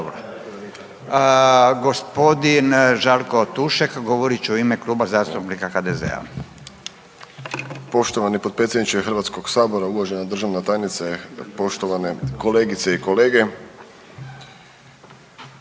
Gospodin Žarko Tušek govorit će u ime Kluba zastupnika HDZ-a.